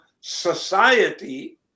society